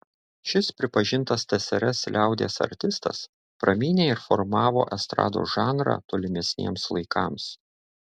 šis pripažintas tsrs liaudies artistas pramynė ir formavo estrados žanrą tolimesniems laikams